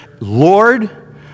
Lord